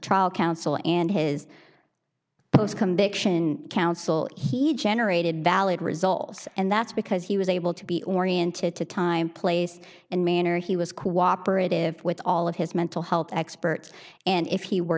trial counsel and his conviction counsel he generated valid results and that's because he was able to be oriented to time place and manner he was cooperative with all of his mental health expert and if he were